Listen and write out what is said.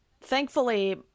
thankfully